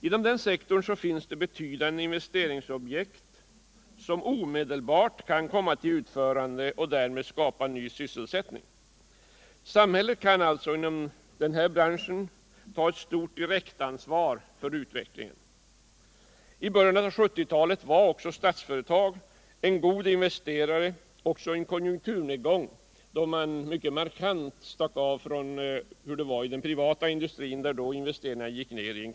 Inom denna scktor finns betydande investeringsobjekt, som omedelbart kan komma till utförande och därmed skapa ny sysselsättning. Samhället kan alltså inom denna bransch ta ett stort direktansvar för utvecklingen. I början av 1970-talet var Statsföretag en god investerare också i en konjunkturnedgång, då man mycket markant stack av från den privata industrin, där investeringarna sjönk i kristider.